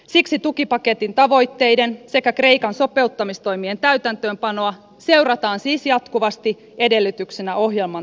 siksi tukipaketin tavoitteiden sekä kreikan sopeuttamistoimien täytäntöönpanoa seurataan siis jatkuvasti edellytyksenä ohjelman toteuttamiselle